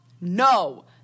no